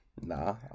Nah